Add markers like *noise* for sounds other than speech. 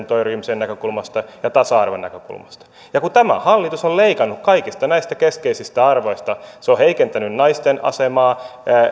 *unintelligible* torjumisen näkökulmasta ja tasa arvon näkökulmasta ja tämä hallitus on leikannut kaikista näistä keskeisistä arvoista se on heikentänyt naisten asemaa